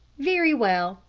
very well,